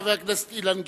חבר הכנסת אילן גילאון,